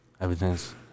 Everything's